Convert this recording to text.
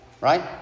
Right